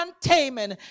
taming